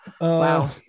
Wow